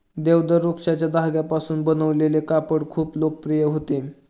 देवदार वृक्षाच्या धाग्यांपासून बनवलेले कापड खूप लोकप्रिय होते